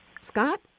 Scott